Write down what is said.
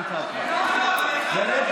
להבא